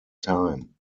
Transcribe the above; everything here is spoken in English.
time